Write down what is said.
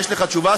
יש לך תשובה,